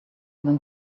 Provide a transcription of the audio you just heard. than